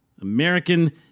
American